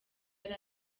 yari